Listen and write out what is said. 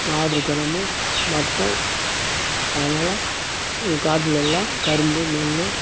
மாடூர் கிராமம் வட்டம் அதனால காட்டில் எல்லாம் கரும்பு நெல்